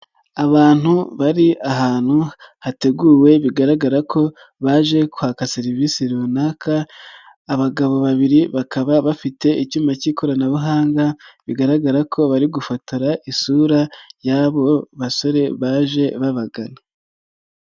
Abantu bari ahantu hateguwe bigaragara ko baje kwaka serivisi runaka, abagabo babiri bakaba bafite icyuma cy'ikoranabuhanga, bigaragara ko bari gufatora isura y'abo basore baje babagana.